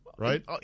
right